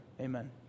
amen